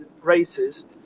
races